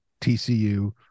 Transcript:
TCU